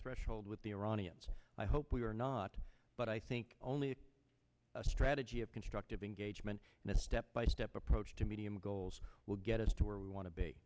threshold with the iranians i hope we are not but i think only a strategy of constructive engagement in a step by step approach to medium goals will get us to where we want to be